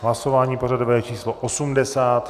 Hlasování pořadové číslo 80.